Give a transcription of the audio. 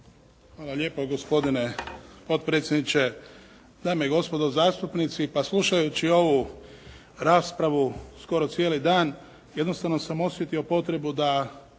Hvala lijepa gospodine potpredsjedniče. Dame i gospodo zastupnici pa slušajući ovu raspravu skoro cijeli dan jednostavno sam osjetio potrebu da